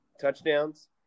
touchdowns